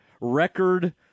record